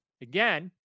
again